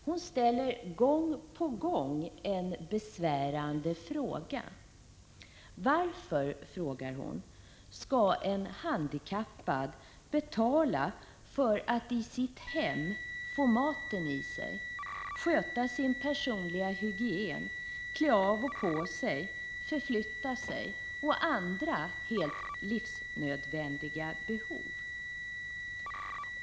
Hon ställer gång på gång en besvärande fråga: Varför skall en handikappad betala för att i sitt hem få maten i sig, sköta sin personliga hygien, klä av och på sig, förflytta sig och få andra helt livsnödvändiga behov tillgodosedda?